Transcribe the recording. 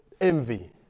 envy